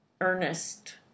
Ernest